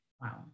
Wow